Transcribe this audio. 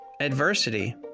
adversity